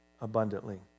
abundantly